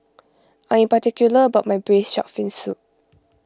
I am particular about my Braised Shark Fin Soup